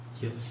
Yes